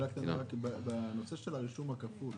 בנושא של הרישום הכפול,